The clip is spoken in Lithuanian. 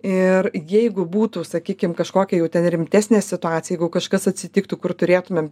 ir jeigu būtų sakykim kažkokia jau ten rimtesnė situacija jeigu kažkas atsitiktų kur turėtumėm